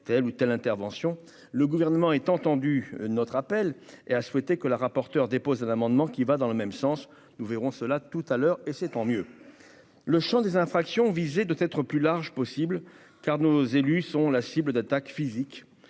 telle ou telle intervention, le gouvernement étant entendu notre appel et a souhaité que la rapporteure, dépose un amendement qui va dans le même sens, nous verrons cela tout à l'heure et c'est tant mieux, le Champ des infractions visées de être plus large possible, car nos élus sont la cible d'attaques physiques